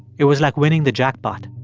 it was like winning the jackpot